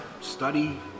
study